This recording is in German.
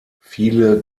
viele